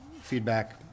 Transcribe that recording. feedback